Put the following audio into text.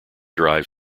drive